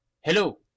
hello